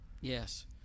Yes